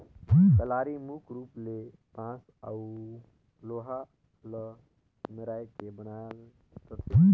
कलारी मुख रूप ले बांस अउ लोहा ल मेराए के बनल रहथे